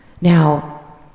Now